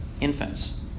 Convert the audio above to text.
infants